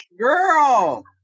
Girl